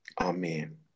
Amen